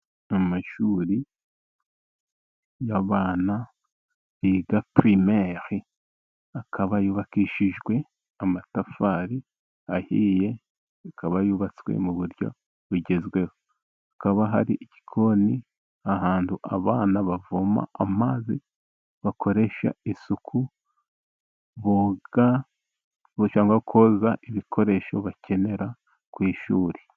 Amashuri y'abana biga pirimeri akaba yubakishijwe amatafari ahiye, akaba yubatswe mu buryo bugezweho. Hakaba hari igikoni ahantu abana bavoma amazi bakoresha isuku boga cyangwa koza ibikoresho bakenera ku ishuri.